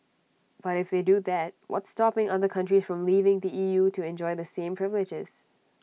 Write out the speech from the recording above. but if they do that what's stopping other countries from leaving the E U to enjoy the same privileges